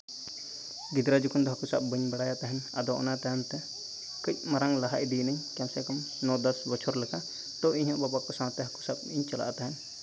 ᱜᱤᱫᱽᱨᱟᱹ ᱡᱚᱠᱷᱚᱱ ᱫᱚ ᱦᱟᱹᱠᱩ ᱥᱟᱵ ᱵᱟᱹᱧ ᱵᱟᱲᱟᱭ ᱛᱟᱦᱮᱱ ᱟᱫᱚ ᱚᱱᱟᱛᱮ ᱦᱟᱱᱛᱮ ᱠᱟᱹᱡ ᱢᱟᱨᱟᱝ ᱞᱟᱦᱟ ᱤᱫᱤᱱᱟᱹᱧ ᱠᱚᱢ ᱥᱮ ᱠᱚᱢ ᱱᱚ ᱫᱚᱥ ᱵᱚᱪᱷᱚᱨ ᱞᱮᱠᱟ ᱛᱚ ᱤᱧ ᱦᱚᱸ ᱵᱟᱵᱟ ᱠᱚ ᱥᱟᱶᱛᱮ ᱦᱟᱹᱠᱩ ᱥᱟᱵ ᱤᱧ ᱪᱟᱞᱟᱜ ᱛᱟᱦᱮᱱ